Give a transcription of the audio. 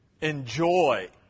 enjoy